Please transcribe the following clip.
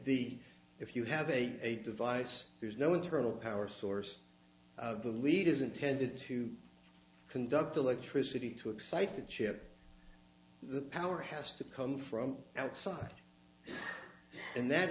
the if you have a device there's no internal power source the lead is intended to conduct electricity to excite the chip the power has to come from outside and that